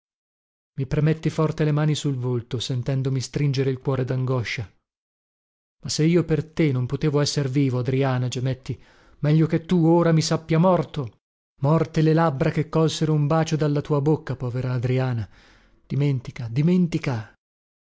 e i premetti forte le mani sul volto sentendomi stringere il cuore dangoscia ma se io per te non potevo esser vivo adriana gemetti meglio che tu ora mi sappia morto morte le labbra che colsero un bacio dalla tua bocca povera adriana dimentica dimentica